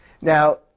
Now